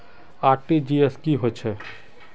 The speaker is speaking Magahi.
आर.टी.जी.एस की होचए?